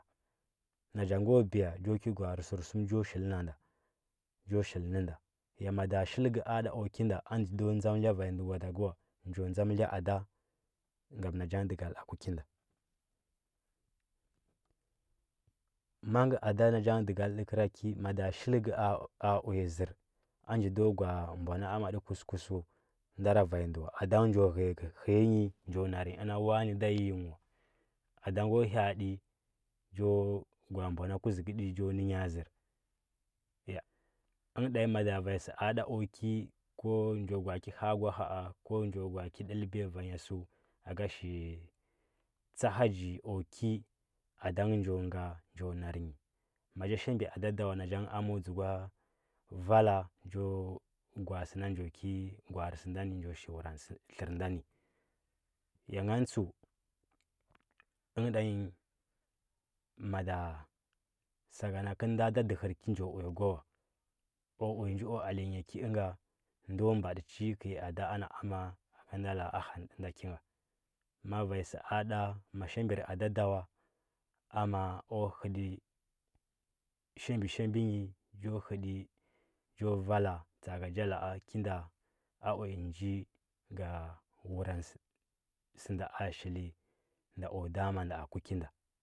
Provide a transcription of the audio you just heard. Na cha go biya kə gwanarə sərsum cho shili na ngha cho shili nə ngha ya mada shiləka ada kuki nda a ndə ndo dzam iya ada ngam na cha ngə dəgal ku ki nga ma ngə nda na cha ngə səgal təkəra ki mada shiləkə a uya zər a nji ndo gwa. a mbo na ama tə kush kush wa ndara vanya ndə ada ngə njoo həya nyi njo nar nyi inda wani da yiiyingh wa na cha nge kwa ha. atə cho ga. a vi na kuzə kə tə cha ne nyi zər ən tanyi mada vanya sə a da ku ki ko njo ga. a ki ha. agwa ko njo ga. a ji dəl biya vanya sə aka shili tsa haggi ku ki nda ngə njo nga ma cha shabə ada dawa na cha ngə mol dzukala ha. atə cho vala aka ga. a sə nan jo shili mər tlər nda nə ya ngan tszu ən ta nyi mada ngə sakana kəl nda da dəhər ki njo uya kw akua kwa uya nji ku alwnya ki onga ndo badi chi ki i ada ana amma ka nda unda hanə tə nda ki nga ma wanya sə a da ma shabir adad awa ama kwa hət shabishabi nyi njo hətd chou ala tsa. a ka cha la, a ki nda a uya tə nji nga wurannda sə nda tə shili nda kula dama nda ku ki nda,